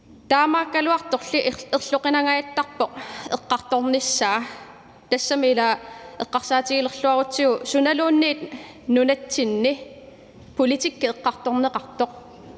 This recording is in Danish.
Vi har været i dialog, og jeg har været dialog